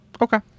Okay